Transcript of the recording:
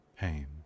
pain